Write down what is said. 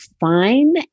fine